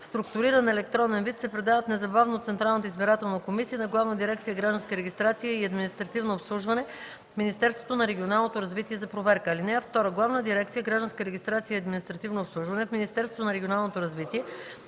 в структуриран електронен вид се предават незабавно от Централната избирателна комисия на Главна дирекция „Гражданска регистрация и административно обслужване” в Министерството на регионалното развитие за проверка.